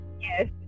Yes